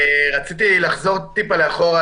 אני רוצה לחזור קצת אחורה,